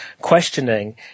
questioning